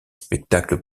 spectacles